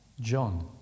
John